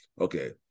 Okay